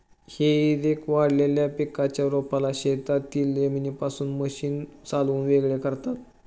हेई रेक वाळलेल्या पिकाच्या रोपाला शेतातील जमिनीपासून मशीन चालवून वेगळे करतात